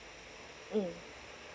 mm